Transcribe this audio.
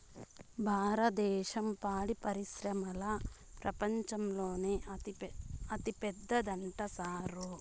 భారద్దేశం పాడి పరిశ్రమల ప్రపంచంలోనే అతిపెద్దదంట సారూ